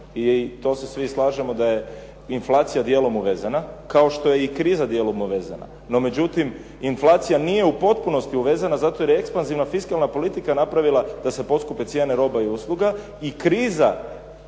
i to se svi slažemo da je inflacija djelom uvezena kao što je i kriza djelom uvezena, no međutim inflacija nije u potpunosti uvezena zato jer je ekspanzivna fiskalna politika napravila da se poskupe cijene roba i usluga i kriza